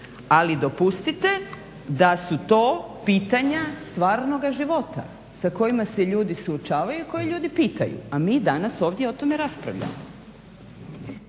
ali dopustite da su to pitanja stvarnoga života sa kojima se ljudi suočavaju i koja ljudi pitaju, a mi danas ovdje o tome raspravljamo.